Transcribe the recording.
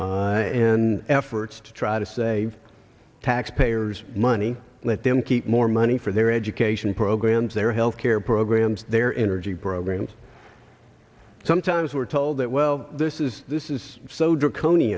and efforts to try to say tax payers money let them keep more money for their education programs their health care programs their energy programs sometimes we're told that well this is this is so